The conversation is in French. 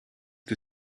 que